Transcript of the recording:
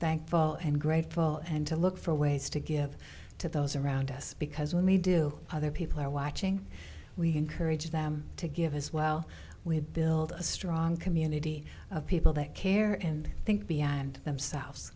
thankful and grateful and to look for ways to give to those around us because when we do other people are watching we encourage them to give as well we build a strong community of people that care and think beyond themselves